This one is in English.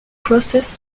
process